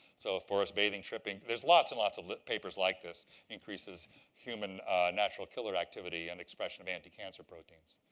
so forest bathing, tripping, there's lots and lots of papers like this increases human natural killer activity and expression of anti-cancer proteins.